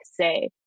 say